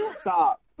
stop